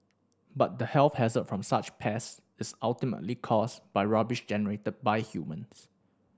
but the health hazard from such pests is ultimately caused by rubbish generated by humans